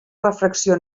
refracció